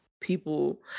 people